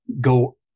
go